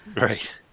right